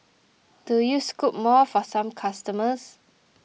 do you scoop more for some customers